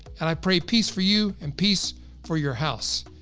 and i pray peace for you and peace for your house.